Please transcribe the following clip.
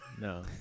No